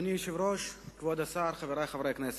אדוני היושב-ראש, כבוד השר, חברי חברי הכנסת,